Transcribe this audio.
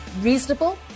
reasonable